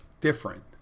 different